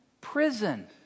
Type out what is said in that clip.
Prison